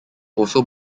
also